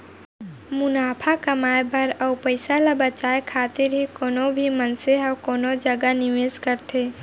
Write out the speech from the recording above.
मुनाफा कमाए बर अउ पइसा ल बचाए खातिर ही कोनो भी मनसे ह कोनो जगा निवेस करथे